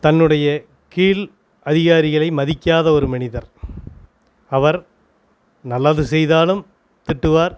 தன்னுடைய கீழ் அதிகாரிகளை மதிக்காத ஒரு மனிதர் அவர் நல்லது செய்தாலும் திட்டுவார்